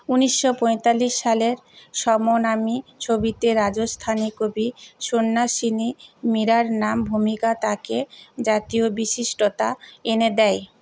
উনিশশো পঁয়তাল্লিশ সালের সমনামী ছবিতে রাজস্থানী কবি সন্ন্যাসিনী মীরার নাম ভূমিকা তাঁকে জাতীয় বিশিষ্টতা এনে দেয়